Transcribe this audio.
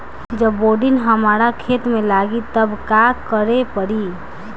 जब बोडिन हमारा खेत मे लागी तब का करे परी?